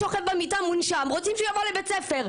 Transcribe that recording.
שוכב במיטה מונשם ורוצים שהוא יבוא לבית הספר.